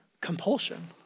compulsion